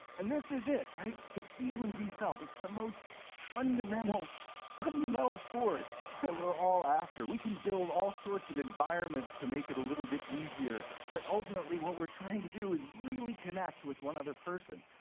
and this is it, right, to feel and be felt. it's the fundamental fundamental force that we're all after. we can build all sorts of environments to make it a little bit easier, but ultimately, what we're trying to do is really connect with one other person.